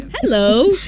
hello